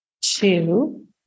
two